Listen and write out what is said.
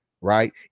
right